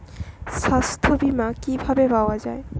সাস্থ্য বিমা কি ভাবে পাওয়া যায়?